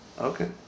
Okay